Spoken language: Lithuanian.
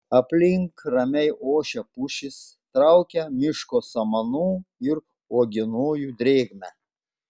aplink ramiai ošia pušys traukia miško samanų ir uogienojų drėgme